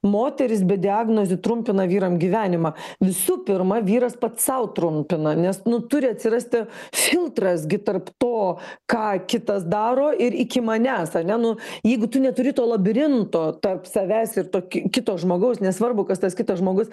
moterys be diagnozių trumpina vyram gyvenimą visų pirma vyras pats sau trumpina nes nu turi atsirasti filtras gi tarp to ką kitas daro ir iki manęs ane nu jeigu tu neturi to labirinto tarp savęs ir to ki kito žmogaus nesvarbu kas tas kitas žmogus